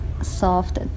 soft